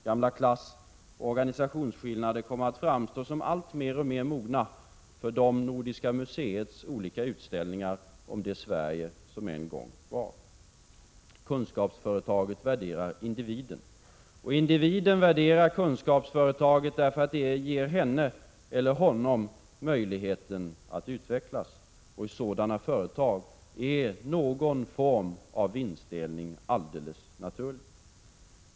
Gamla klasseller organisationsskillnader kommer att framstå som allt mer och mer mogna för Nordiska museets olika utställningar om det Sverige som en gång var. Kunskapsföretaget värderar individen, och individen värderar kunskaps 17 företaget, därför att det ger henne eller honom möjligheten att utvecklas. I sådana företag är någon form av vinstdelning alldeles naturlig.